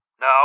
No